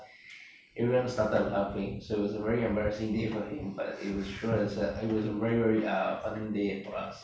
everyone started laughing so it was a very embarrassing day for him but it was sure as hell it was a very very uh fun day for us a